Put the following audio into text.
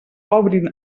obrin